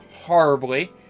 horribly